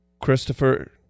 Christopher